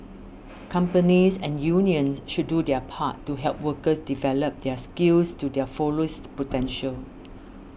companies and unions should do their part to help workers develop their skills to their fullest potential